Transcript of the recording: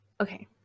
Okay